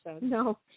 no